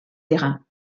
terrains